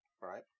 Right